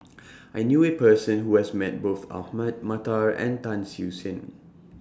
I knew A Person Who has Met Both Ahmad Mattar and Tan Siew Sin